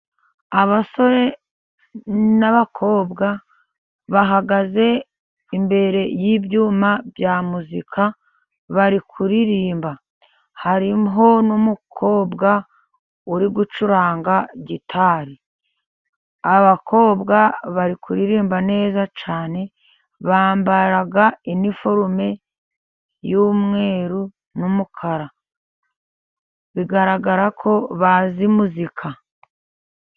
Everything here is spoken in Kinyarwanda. Abasore n'abakobwa bahagaze imbere y'ibyuma bya muzika bari kuririmba, hariho n'umukobwa uri gucuranga gitari, abakobwa bari kuririmba neza cyane bambara iniforume y'umweru n'umukara, bigaragara ko bazi muzika.